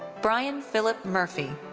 brian philip murphy.